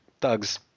thugs